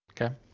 Okay